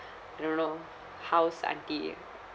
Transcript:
I don't know house auntie